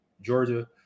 georgia